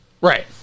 Right